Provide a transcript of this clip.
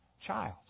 child